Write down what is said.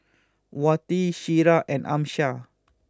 Wati Syirah and Amsyar